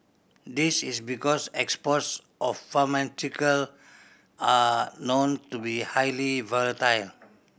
this is because exports of pharmaceutical are known to be highly volatile